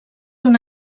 una